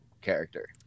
character